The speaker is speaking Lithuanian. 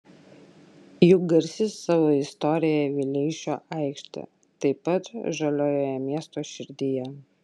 juk garsi savo istorija vileišio aikštė taip pat žaliojoje miesto širdyje